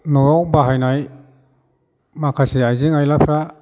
न'आव बाहायनाय माखासे आइजें आइलाफ्रा